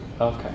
Okay